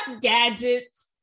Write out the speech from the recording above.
gadgets